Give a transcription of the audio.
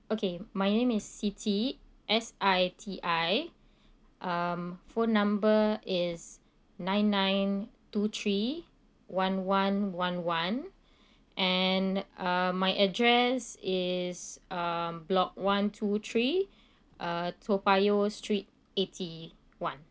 okay my name is siti S I T I um phone number is nine nine two three one one one one and uh my address is um block one two three uh toa payoh street eighty one